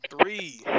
three